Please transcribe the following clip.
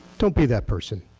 don't be that person.